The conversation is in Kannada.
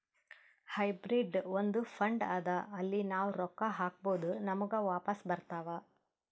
ಹೈಬ್ರಿಡ್ ಒಂದ್ ಫಂಡ್ ಅದಾ ಅಲ್ಲಿ ನಾವ್ ರೊಕ್ಕಾ ಹಾಕ್ಬೋದ್ ನಮುಗ ವಾಪಸ್ ಬರ್ತಾವ್